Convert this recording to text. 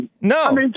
No